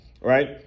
right